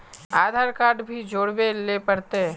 आधार card भी जोरबे ले पड़ते?